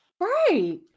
Right